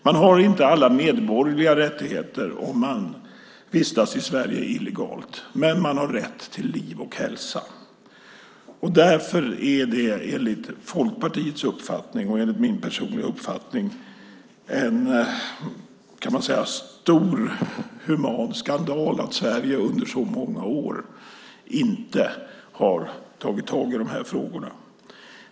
Man har inte alla medborgerliga rättigheter om man vistas i Sverige illegalt. Men man har rätt till liv och hälsa. Därför är det enligt Folkpartiets och min personliga uppfattning en stor human skandal att Sverige under så många år inte har tagit tag i dessa frågor.